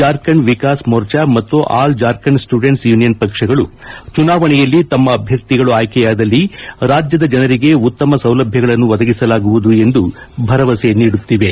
ಜಾರ್ಖಂಡ್ ವಿಕಾಸ್ ಮೋರ್ಚಾ ಮತ್ತು all Jharkhand students union ಪಕ್ಷಗಳು ಚುನಾವಣೆಯಲ್ಲಿ ತಮ್ಮ ಅಭ್ಯರ್ಥಿಗಳು ಆಯ್ಕೆಯಾದಲ್ಲಿ ರಾಜ್ಯದ ಜನರಿಗೆ ಉತ್ತಮ ಸೌಲಭ್ಯಗಳನ್ನು ಒದಗಿಸಲಾಗುವುದು ಎಂದು ಭರವಸೆ ನೀಡುತ್ತಿವೆ